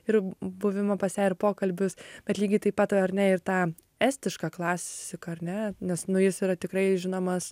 ir buvimą pas ją ir pokalbius bet lygiai taip pat ar ne ir tą estiška klasika ar ne nes nu jis yra tikrai žinomas